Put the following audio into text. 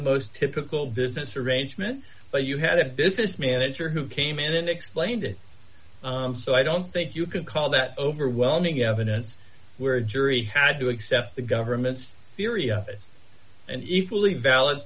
most typical business arrangement but you had a business manager who came in and explained it so i don't think you can call that overwhelming evidence where a jury had to accept the government's theory of it and equally val